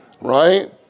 Right